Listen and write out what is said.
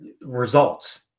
results